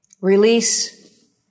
Release